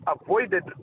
avoided